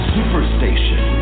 Superstation